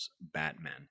Batman